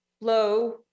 low